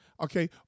Okay